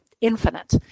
infinite